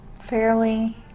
fairly